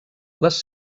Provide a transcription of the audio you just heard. les